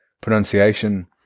pronunciation